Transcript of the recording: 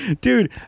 Dude